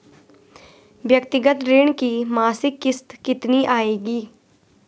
व्यक्तिगत ऋण की मासिक किश्त कितनी आएगी?